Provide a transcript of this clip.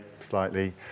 slightly